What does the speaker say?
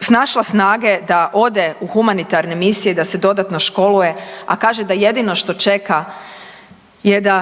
snašla snage da ode u humanitarne misije i da se dodatno školuje, a kaže da jedino što čeka je da